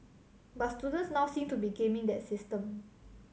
but students now seem to be gaming that system